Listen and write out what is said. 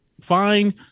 fine